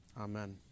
Amen